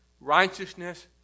righteousness